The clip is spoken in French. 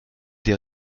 des